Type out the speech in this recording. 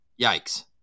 Yikes